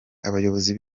abayobozi